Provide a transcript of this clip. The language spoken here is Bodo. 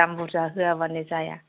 दाम बुरजा होआबानो जाया